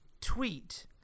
tweet